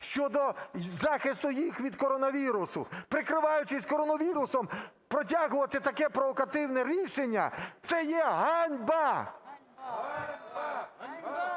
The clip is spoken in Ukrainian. щодо захисту їх від коронавірусу? Прикриваючись коронавірусом, протягувати таке провокативне рішення – це є ганьба! (Шум у залі)